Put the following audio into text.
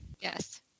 Yes